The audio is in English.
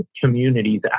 communities